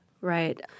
Right